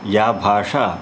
या भाषा